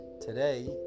today